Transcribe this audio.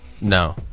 No